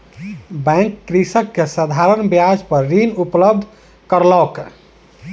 bank कृषक के साधारण ब्याज पर ऋण उपलब्ध करौलक